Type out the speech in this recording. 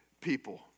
people